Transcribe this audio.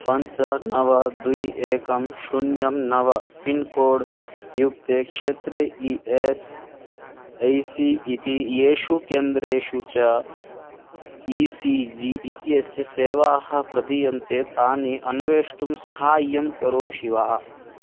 पञ्च नव द्वे एकं शून्यं नव फ़िन्कोड् युक्ते क्षेत्रे ई एस् ऐ सी इति येषु केन्द्रेषु च ई सी जी इत्यस्य सेवाः प्रदीयन्ते तानि अन्वेष्टुं सहाय्यं करोषि वा